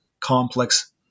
complex